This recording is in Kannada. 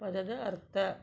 ಪದದ ಅರ್ಥ